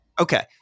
Okay